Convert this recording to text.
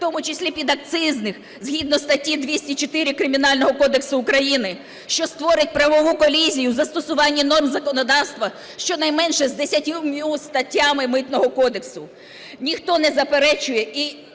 в тому числі підакцизних, згідно статті 204 Кримінального кодексу України, що створить правову колізію застосування норм законодавства щонайменше з десятьма статтями Митного кодексу. Ніхто не заперечує і